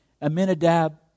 Aminadab